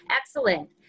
excellent